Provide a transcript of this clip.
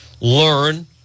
learn